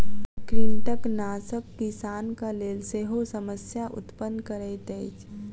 कृंतकनाशक किसानक लेल सेहो समस्या उत्पन्न करैत अछि